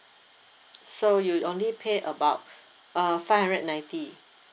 so you only pay about uh five hundred ninety